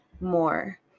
more